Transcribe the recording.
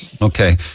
Okay